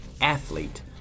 athlete